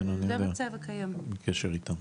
כן, אני יודע, אני בקשר איתם,